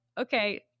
okay